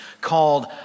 called